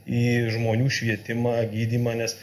į žmonių švietimą gydymą nes